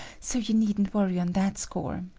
so you needn't worry on that score.